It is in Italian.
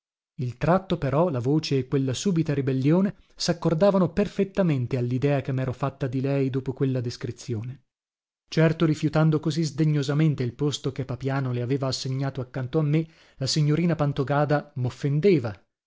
il tratto però la voce e quella sùbita ribellione saccordavano perfettamente allidea che mero fatta di lei dopo quella descrizione certo rifiutando così sdegnosamente il posto che papiano le aveva assegnato accanto a me la signorina pantogada moffendeva